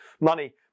money